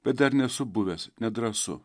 bet dar nesu buvęs nedrąsu